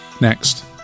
Next